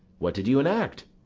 what did you enact?